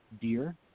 Dear